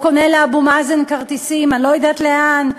או קונה לאבו מאזן כרטיסים אני לא יודעת לאן,